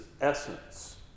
essence